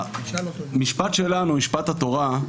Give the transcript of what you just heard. המשפט שלנו, משפט התורה,